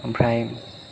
ओमफ्राइ